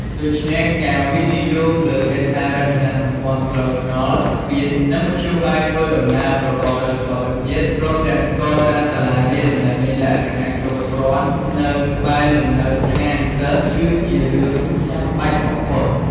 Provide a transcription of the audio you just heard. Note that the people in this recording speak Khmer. ដូច្នេះ ការវិនិយោគលើហេដ្ឋារចនាសម្ព័ន្ធផ្លូវថ្នល់ ស្ពាន និងមធ្យោបាយធ្វើដំណើរប្រកបដោយសុវត្ថិភាព ព្រមទាំងការកសាងសាលារៀនដែលមានលក្ខណៈគ្រប់គ្រាន់នៅក្បែរលំនៅឋានសិស្ស គឺជារឿងចាំបាច់បំផុត។